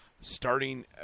starting